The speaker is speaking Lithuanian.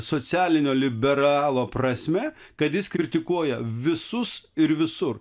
socialinio liberalo prasme kad jis kritikuoja visus ir visur